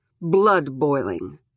blood-boiling